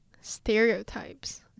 stereotypes